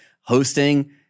hosting